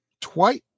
twice